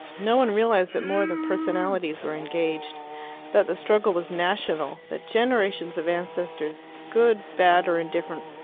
no one realized that more than personalities were engaged that the struggle was national that generations of ancestors, good, bad, or indifferent,